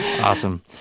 awesome